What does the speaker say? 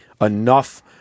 enough